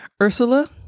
Ursula